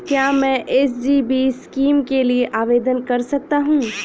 क्या मैं SGB scheme के लिए आवेदन कर सकता हूँ?